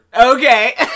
Okay